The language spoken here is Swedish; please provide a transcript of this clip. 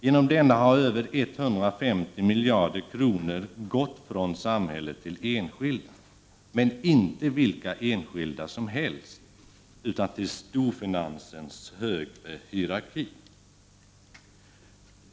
Genom denna har över 150 miljarder kronor gått från samhället till enskilda, men inte till vilka enskilda som helst, utan till storfinansens högre hierarki.